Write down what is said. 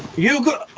you go,